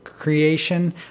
creation